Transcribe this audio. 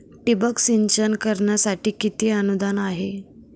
ठिबक सिंचन करण्यासाठी किती अनुदान आहे?